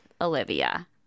Olivia